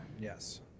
Yes